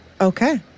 Okay